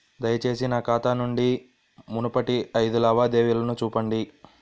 దయచేసి నా ఖాతా నుండి మునుపటి ఐదు లావాదేవీలను చూపండి